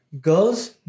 Girls